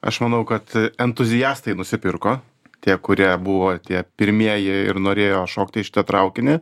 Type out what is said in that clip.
aš manau kad entuziastai nusipirko tie kurie buvo tie pirmieji ir norėjo šokti į šitą traukinį